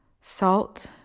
salt